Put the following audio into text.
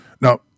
Now